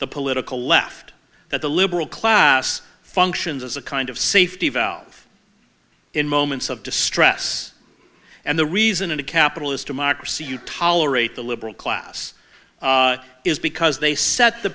the political left that the liberal class functions as a kind of safety valve in moments of distress and the reason in a capitalist democracy you tolerate the liberal class is because they set the